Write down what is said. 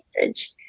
message